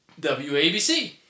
WABC